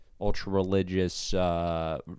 ultra-religious